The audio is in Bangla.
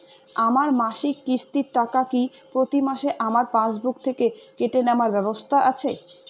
আমার মাসিক কিস্তির টাকা কি প্রতিমাসে আমার পাসবুক থেকে কেটে নেবার ব্যবস্থা আছে?